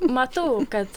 matau kad